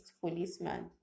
policeman